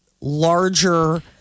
larger-